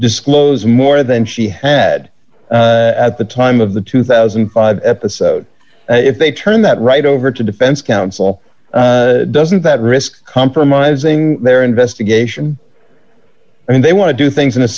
disclose more than she had at the time of the two thousand and five episode if they turn that right over to defense counsel doesn't that risk compromising their investigation and they want to do things in a